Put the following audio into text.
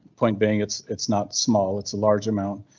point being, it's it's not small, it's a large amount.